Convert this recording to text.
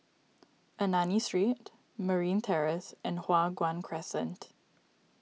Ernani Street Marine Terrace and Hua Guan Crescent